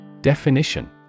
Definition